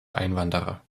einwanderer